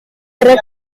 record